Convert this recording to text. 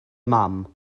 mam